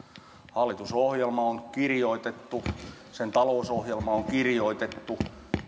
hallitusohjelma on kirjoitettu sen talousohjelma on kirjoitettu